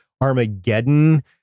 Armageddon